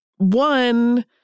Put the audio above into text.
One